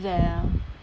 their